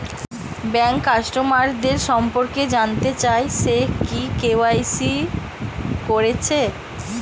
bank কাস্টমারদের সম্পর্কে জানতে চাই সে কি কে.ওয়াই.সি কোরেছে